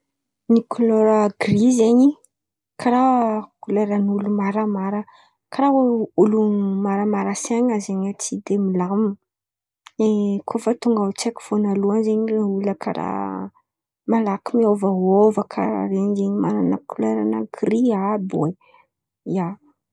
Ny kolera gry zen̈y, karà koleran’olo maramara. Karà olo olo maramara sain̈y tsy de milamina. I koa fa tonga ao an-tsaiko voanilohany zen̈y le olona karà mora miova sainy zen̈y ia. Malaky miôvaôva karà ren̈y zen̈y le olona man̈ana kolera gry àby oe, ia.